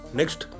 next